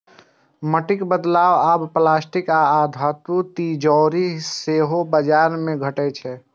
माटिक बदला आब प्लास्टिक आ धातुक तिजौरी सेहो बाजार मे भेटै छै